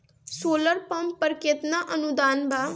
Solar pump पर केतना अनुदान बा?